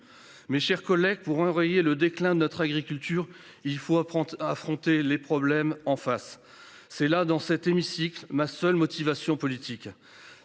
Mes chers collègues, pour enrayer le déclin de notre agriculture, il nous faut affronter les problèmes en face. Voilà ma seule motivation politique